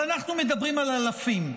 מכוונים לשמור על עולם התורה,